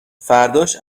فرداش